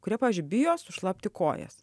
kurie pavyzdžiui bijo sušlapti kojas